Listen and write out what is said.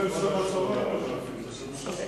בשעה 12:00 הודעתי שבשעה 18:00 אני יוצא.